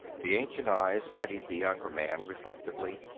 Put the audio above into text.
the ancient eyes studied the younger man reflectively.